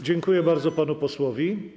Dziękuję bardzo panu posłowi.